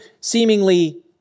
seemingly